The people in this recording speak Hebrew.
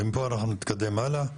ומפה אנחנו נתקדם הלאה.